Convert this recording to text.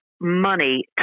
money